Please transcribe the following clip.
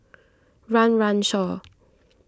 Run Run Shaw